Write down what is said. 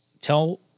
tell